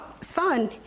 son